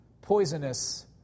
poisonous